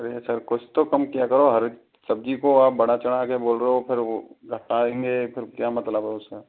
अरे सर कुछ तो कम किया करो हर सब्ज़ी को आप बढ़ा चढ़ा के बोल रहे हो फिर वो घटाएंगे फिर क्या मतलब है उस का